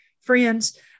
friends